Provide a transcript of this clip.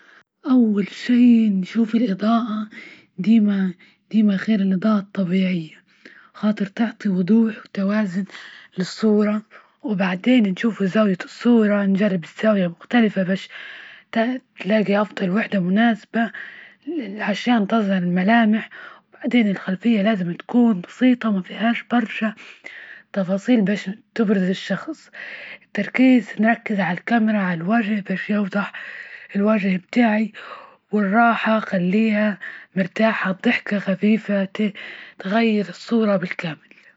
أول شي نشوف الإضاءة ديما- ديما، خير الإضاءة الطبيعية خاطر تعطي وضوح وتوازن للصورة، وبعدين نشوفو زاوية الصورة ، نجرب الزاوية مختلفة باش تلاقي أفضل وحدة مناسبة عشان تظهر الملامح، وبعدين خلفية لازم تكون بسيطة وما فيهاش برشا، تفاصيل تبرز الشخص، التركيز نركز عالكاميرا عالوجه بتاعي باش يوضح الوجه بتاعي ،والراحة خليها مرتاحة بضحكة خفيفة تغير الصورة بالكامل.